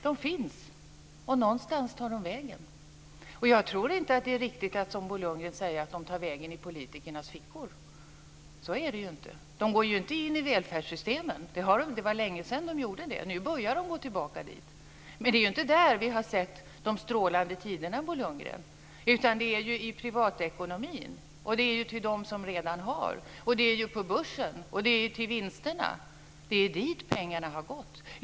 De finns, och någonstans tar de vägen. Jag tror inte att det är riktigt att som Bo Lundgren säga att de tar vägen i politikernas fickor. Så är det ju inte. De går ju inte in i välfärdssystemen. Det var längesedan de gjorde det. Nu börjar de gå tillbaka dit. Men det är inte där som vi har sett de strålande tiderna, Bo Lundgren, utan det är ju i privatekonomin. Det är ju till dem som redan har, till börsen och till vinsterna pengarna har gått.